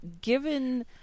given